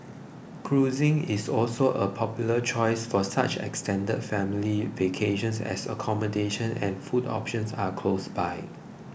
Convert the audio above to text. cruising is also a popular choice for such extended family vacations as accommodation and food options are close by